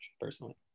personally